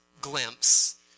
glimpse